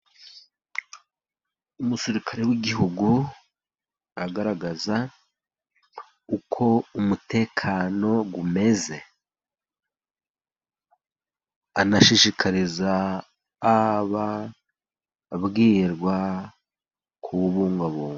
Umusirikare w'igihugu agaragaza uko umutekano umeze, anashishikariza ababwirwa kubungabunga.